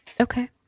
Okay